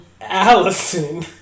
Allison